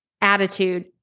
attitude